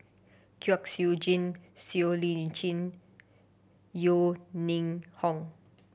Kwek Siew Jin Siow Lee Chin Yeo Ning Hong